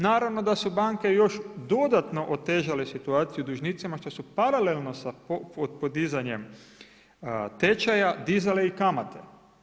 Naravno da su banke još dodatno otežale situaciju dužnicima što su paralelno sa podizanjem tečaja dizale i kamate.